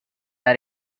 are